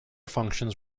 functions